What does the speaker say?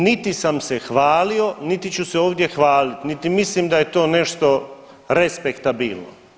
Niti sam se hvalio, niti ću se ovdje hvaliti niti mislim da je to nešto respektabilno.